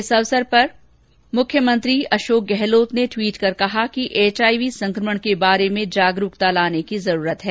इस अवसर पर मुख्यमंत्री अशोक गहलोत ने ट्वीट कर कहा कि एचआईवी संकमण के बारे में जागरूकता लाने की जरूरत है